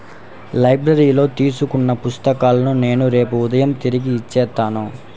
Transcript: లైబ్రరీలో తీసుకున్న పుస్తకాలను నేను రేపు ఉదయం తిరిగి ఇచ్చేత్తాను